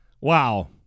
wow